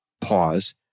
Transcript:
pause